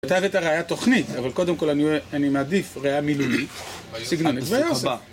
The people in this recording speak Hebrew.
אתה הראת את הראיית תוכנית, אבל קודם כל אני מעדיף ראייה מילולית, סגנונית.